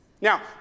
Now